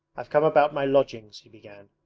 i've come about my lodgings he began.